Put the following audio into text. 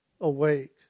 awake